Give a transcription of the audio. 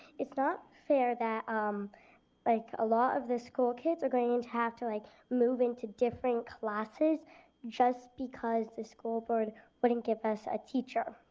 it's not fair that um like a lot of the school kids are going to have to like move into different classes just because the school board wouldn't give us a teacher.